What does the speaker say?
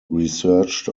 researched